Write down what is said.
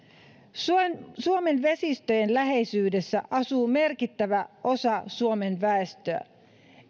suomen suomen vesistöjen läheisyydessä asuu merkittävä osa suomen väestöstä